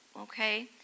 okay